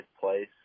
place